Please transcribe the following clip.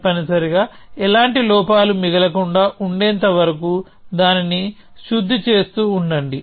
తప్పనిసరిగా ఎలాంటి లోపాలు మిగలకుండా ఉండేంత వరకు దానిని శుద్ధి చేస్తూ ఉండండి